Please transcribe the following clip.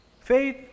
Faith